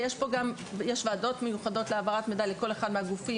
ויש ועדות מיוחדות להעברת מידע לכל אחד מהגופים.